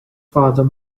father